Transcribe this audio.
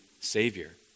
Savior